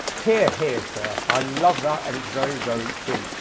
hear hear sir, i love that and it's very very true.